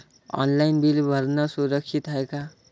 Online bill भरनं सुरक्षित हाय का?